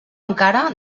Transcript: encara